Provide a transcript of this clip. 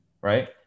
Right